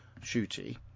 Shooty